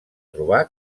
trobar